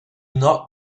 not